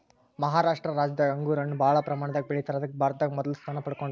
ಮಹಾರಾಷ್ಟ ರಾಜ್ಯದಾಗ್ ಅಂಗೂರ್ ಹಣ್ಣ್ ಭಾಳ್ ಪ್ರಮಾಣದಾಗ್ ಬೆಳಿತಾರ್ ಅದಕ್ಕ್ ಭಾರತದಾಗ್ ಮೊದಲ್ ಸ್ಥಾನ ಪಡ್ಕೊಂಡದ್